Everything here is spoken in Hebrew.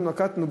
אנחנו נקטנו,